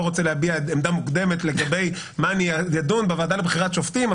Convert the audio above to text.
רוצה להביע עמדה מוקדמת מה יידון בוועדה לבחירת שופטים,